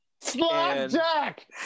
slapjack